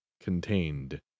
contained